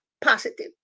positive